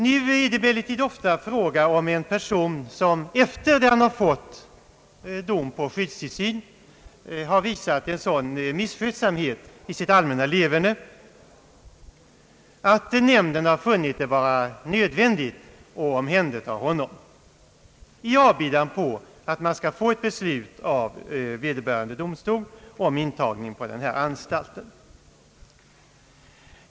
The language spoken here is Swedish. Nu är det emellertid ofta fråga om en person, som efter det att han har fått dom på skyddstillsyn har visat en sådan misskötsamhet i sitt allmänna leverne att nämnden har funnit det vara nöd vändigt att omhänderta honom i avbidan på att man skall få ett beslut av vederbörande domstol om intagning på skyddstillsynsanstalt.